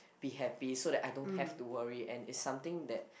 be happy so that I don't have to worry and it's something that